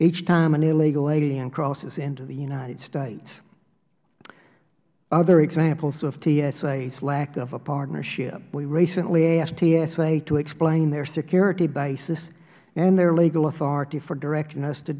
each time an illegal alien crosses into the united states other examples of tsa's lack of a partnership we recently asked tsa to explain their security basis and their legal authority for directing us to